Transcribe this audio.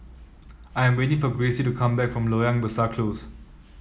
I am waiting for Gracie to come back from Loyang Besar Close